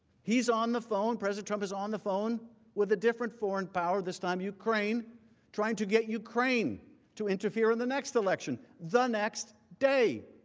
he is on the phone, president trump is on the phone with a different foreign power and this time ukraine trying to get ukraine to interfere in the next election the next day.